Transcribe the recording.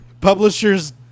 Publishers